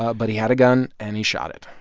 ah but he had a gun, and he shot it.